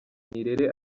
nirere